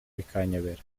bikanyobera